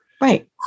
Right